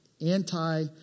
anti